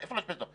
איפה לאשפז אותו?